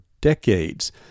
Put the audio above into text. decades